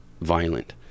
violent